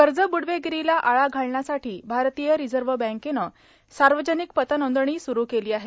कर्जब्रुडवेगिरीला आळा घालण्यासाठी भारतीय रिझर्व्ह बँकेने सार्वजनिक पतनोंदणी सुरू केली आहे